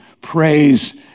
praise